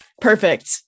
Perfect